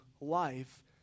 life